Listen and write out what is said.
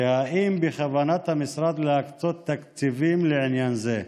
2. האם בכוונת המשרד להקצות תקציבים לעניין זה?